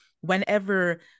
whenever